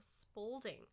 Spaulding